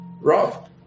Rob